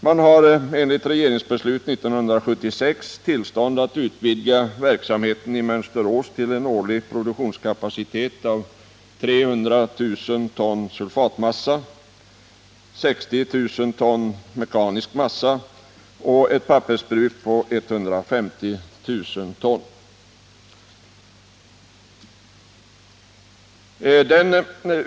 Man har enligt regeringsbeslut 1976 tillstånd att utvidga verksamheten i Mönsterås till en årlig produktionskapacitet på 300 000 ton sulfatmassa, 60 000 ton mekanisk massa och ett pappersbruk på 150 000 ton.